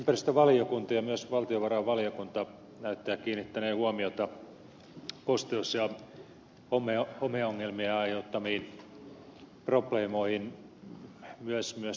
ympäristövaliokunta ja myös valtiovarainvaliokunta näyttävät kiinnittäneen huomiota kosteus ja homeongelmien aiheuttamiin probleemoihin myös julkisissa rakennuksissa